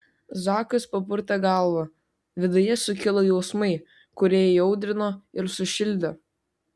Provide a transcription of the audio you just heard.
zakas papurtė galvą viduje sukilo jausmai kurie įaudrino ir sušildė